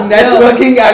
Networking